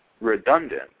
redundant